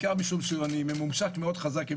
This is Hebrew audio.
בעיקר משום שאני ממומשק חזק מאוד עם